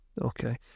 Okay